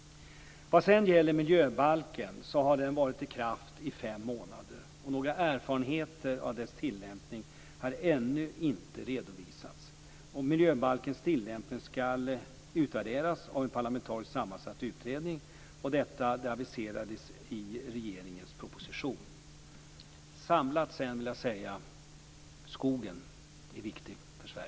Vad sedan gäller miljöbalken har denna varit i kraft i fem månader, och några erfarenheter av dess tillämpning har ännu inte redovisats. Miljöbalkens tillämpning skall utvärderas av en parlamentariskt sammansatt utredning, vilket också aviserades i regeringens proposition. Samlat vill jag säga detta: Skogen är viktig för